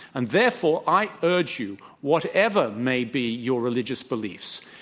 and, therefore, i urge you, whatever may be your religious beliefs,